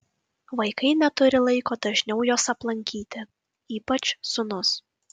vaikai neturi laiko dažniau jos aplankyti ypač sūnus